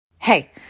Hey